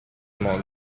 modo